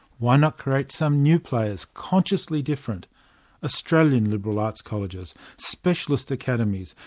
why not create some new players, consciously different australian liberal arts colleges, specialist academies,